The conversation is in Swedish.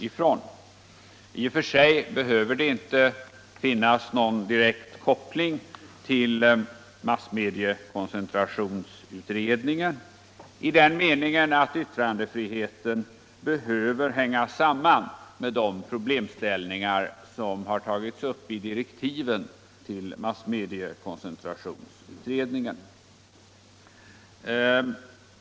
I och för sig behöver det inte finnas någon direkt koppling till massmediekoncentrationsutredningen i den meningen att yttrandefriheten behöver hänga samman med de problemställningar som har tagits upp i direktiven till massmediekoncentrationsutredningen.